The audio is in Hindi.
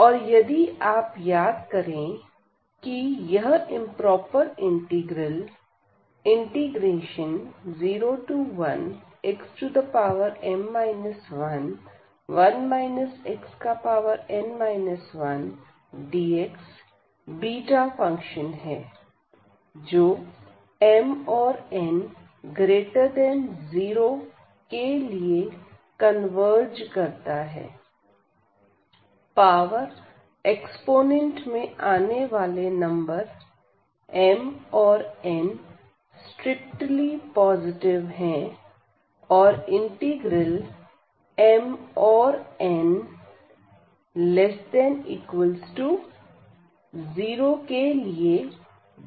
और यदि आप याद करें कि यह improper integral 01xm 11 xn 1dx beta function है जो m औरn0 के लिए कन्वर्ज करता है पावर एक्स्पोनेंट में आने वाले नंबर m और n स्ट्रिक्टली पॉजिटिव है और इंटीग्रल mऔरn ≤ 0 के लिए डायवर्ज करता है